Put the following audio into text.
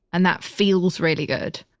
and that feels really good